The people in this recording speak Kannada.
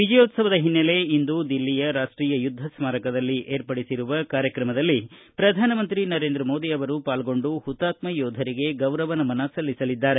ವಿಜಯೋತ್ಸವದ ಹಿನ್ನೆಲೆ ಇಂದು ದಿಲ್ಲಿಯ ರಾಷ್ಷೀಯ ಯುದ್ದ ಸ್ಕಾರಕದಲ್ಲಿ ಏರ್ಪಡಿಸಿರುವ ಕಾರ್ಯಕ್ರಮದಲ್ಲಿ ಪ್ರಧಾನಮಂತ್ರಿ ನರೇಂದ್ರ ಮೋದಿ ಪಾಲ್ಗೊಂಡು ಹುತಾತ್ನ ಯೋಧರಿಗೆ ಗೌರವ ಸಲ್ಲಿಸಲಿದ್ದಾರೆ